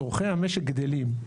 צרכי המשק גדלים,